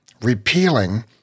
repealing